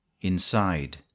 inside